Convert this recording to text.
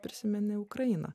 prisimeni ukrainą